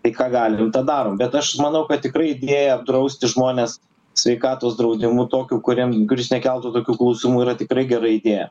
tai ką galim tą darom bet aš manau kad tikrai idėja apdrausti žmones sveikatos draudimu tokiu kuriam kuris nekeltų tokių klausimų yra tikrai gera idėja